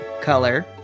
color